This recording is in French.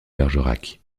bergerac